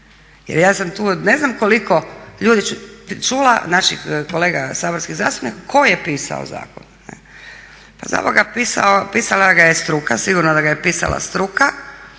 Jer ja sam tu od ne znam koliko ljudi čula, naših kolega saborskih zastupnika, tko je pisao zakon. Pa zaboga pisala ga je struka, sigurno da ga je pisala struka,